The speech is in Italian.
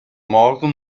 morto